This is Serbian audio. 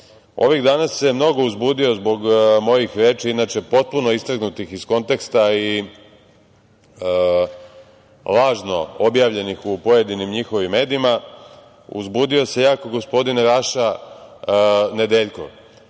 dana se mnogo uzbudio zbog mojih reči, inače potpuno istrgnutih iz konteksta i lažno objavljenih u pojedinim njihovim medijima, uzbudio se jako gospodin Raša Nedeljkov.